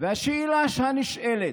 והשאלה הנשאלת,